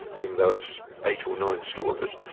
even though it's eight or nine storeys,